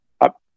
up